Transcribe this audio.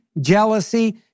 jealousy